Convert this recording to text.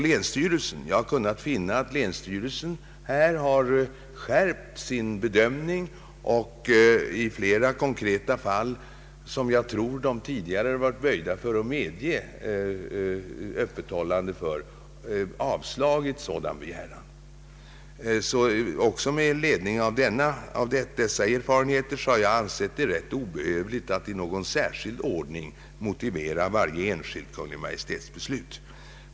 Jag har kunnat finna att länsstyrelsen skärpt sin bedömning och i flera kon kreta fall, där man tidigare torde ha varit böjd att medge öppethållande, har man avslagit en sådan begäran. Också med ledning av dessa erfarenheter har jag ansett det rätt obehövligt att i någon särskild ordning motivera varje enskilt Kungl. Maj:ts beslut.